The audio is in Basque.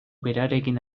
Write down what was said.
berarekin